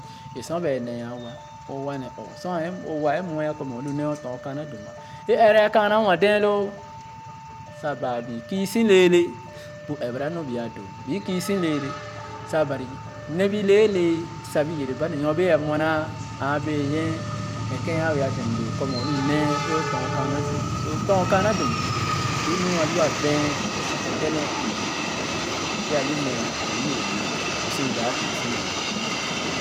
É sor ba é nee anwa o wa or sor o wa é muɛ kɔ o lu nee o tɔn kaana dum é ɛrɛ a kaana wa dɛɛ loo sa baa bii kiisi lɛɛle bu ɛrɛ ba nu bia doo bi kiisi lɛɛle sa Bari ne bi leele sa bi yɛrɛ ba nee sa bɛɛ a muɛ naa ãã bɛnyie ne kèn a wɛɛ a dem doo kɔ mɛ o lu nee é tɔn kaana dum so tɔn kaana dum lu lu a lu a bɛɛ a sa kɔ dèdèn ü é a lo nee mɛ iye nɔr lo sor m i dap kiisi leele oyaa ghe.